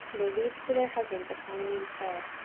they leave to their husbands economy and care,